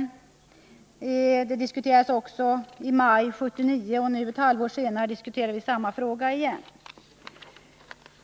I maj 1979 fördes samma diskussion, och nu ett halvår senare diskuterar vi samma fråga igen.